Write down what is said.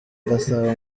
gasabo